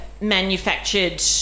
manufactured